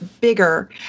bigger